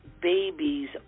babies